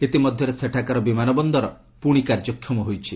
ଇତିମଧ୍ୟରେ ସେଠାକାର ବିମାନ ବନ୍ଦର କାର୍ଯ୍ୟକ୍ଷମ ହୋଇଛି